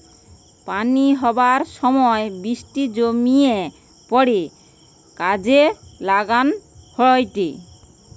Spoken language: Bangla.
পানি হবার সময় বৃষ্টি জমিয়ে পড়ে কাজে লাগান হয়টে